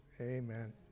Amen